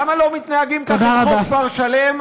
למה לא מתנהגים ככה עם חוק כפר שלם?